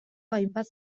hainbat